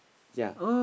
ya